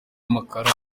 amakara